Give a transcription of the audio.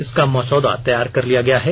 इसका मसौदा तैयार कर लिया गया है